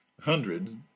hundred